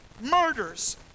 murders